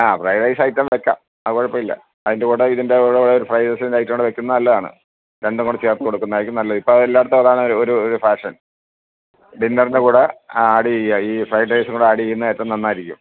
ആ fried rice item വയ്ക്കാം അത് കുഴപ്പമില്ല അതിൻ്റെ കൂടെ ഇതിൻ്റെ കൂടെ ഒരു ഫ്രൈഡ് റൈസിൻ്റെ ഐറ്റം കൂടെ വയ്ക്കുന്നത് നല്ലതാണ് രണ്ടുംകൂടെ ചേർത്ത് കൊടുക്കുന്നതായിരിക്കും നല്ലത് ഇപ്പം അതെല്ലായിടത്തും അതാണ് ഒരു ഒരു ഫാഷൻ ഡിന്നറിൻ്റെ കൂടെ ആഡ് ചെയ്യുക ഈ ഫ്രൈഡ് റൈസും കൂടി ആഡ് ചെയ്യുന്നത് ഏറ്റോം നന്നായിരിക്കും